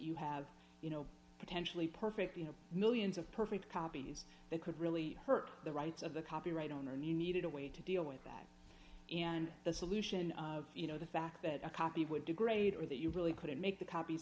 you have you know potentially perfect you know millions of perfect copies that could really hurt the rights of the copyright owner and you needed a way to deal with that and the solution you know the fact that a copy would degrade or that you really couldn't make the copies